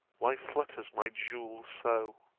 why flutters my jewel so?